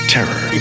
Terror